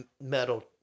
metal